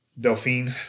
Delphine